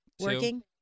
Working